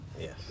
yes